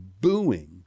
booing